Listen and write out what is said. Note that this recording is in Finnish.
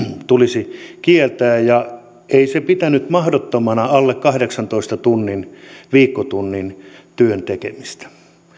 tulisi kieltää ja ei se pitänyt mahdottomana alle kahdeksantoista viikkotunnin työn tekemistä